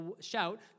shout